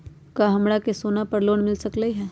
का हमरा के सोना पर लोन मिल सकलई ह?